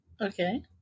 Okay